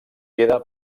queda